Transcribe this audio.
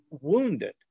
wounded